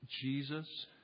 Jesus